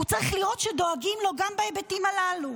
הוא צריך לראות שגם דואגים לו בהיבטים הללו.